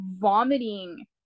vomiting